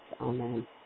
Amen